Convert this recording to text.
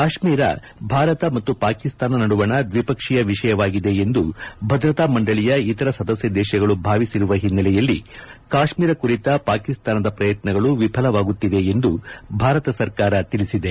ಕಾಶ್ಮೀರ ಭಾರತ ಮತ್ತು ಪಾಕಿಸ್ತಾನ ನದುವಣ ದ್ವಿಪಕ್ಷೀಯ ವಿಷಯವಾಗಿದೆ ಎಂದು ಭದ್ರತಾ ಮಂಡಳಿಯ ಇತರ ಸದಸ್ಯ ದೇಶಗಳು ಭಾವಿಸಿರುವ ಹಿನ್ನೆಲೆಯಲ್ಲಿ ಕಾಶ್ಮೀರ ಕುರಿತ ಪಾಕಿಸ್ತಾನದ ಪ್ರಯತ್ನಗಳು ವಿಫಲವಾಗುತ್ತಿವೆ ಎಂದು ಭಾರತ ಸರ್ಕಾರ ತಿಳಿಸಿದೆ